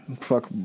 fuck